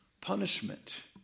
punishment